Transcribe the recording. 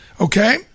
Okay